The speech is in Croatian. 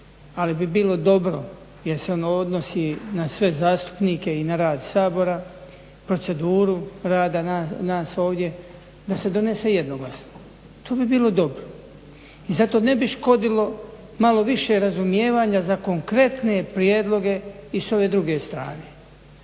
ali bi bilo dobro jer se on odnosi na sve zastupnike i na rad Sabora, proceduru rada nas ovdje da se donese jednoglasno. To bi bilo dobro. I zato ne bi škodilo malo više razumijevanja za konkretne prijedloge i s ove druge strane.